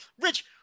Rich